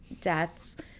death